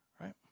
right